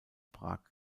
prag